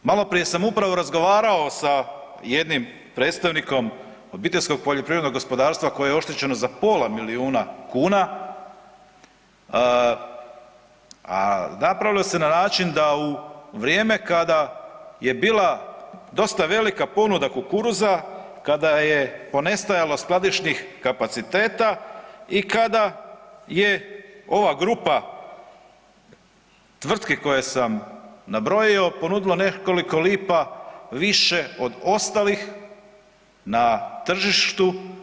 Malo prije sam upravo razgovarao sa jednim predstavnikom obiteljskog poljoprivrednog gospodarstva koje je oštećeno za pola milijuna kuna, a napravilo se na način da u vrijeme kada je bila dosta velika ponuda kukuruza, kada je ponestajalo skladišnih kapaciteta i kada je ova grupa tvrtki koje sam nabrojao ponudilo nekoliko lipa više od ostalih na tržištu.